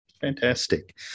Fantastic